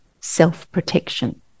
self-protection